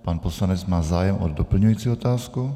Pan poslanec má zájem o doplňující otázku.